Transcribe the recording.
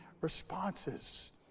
responses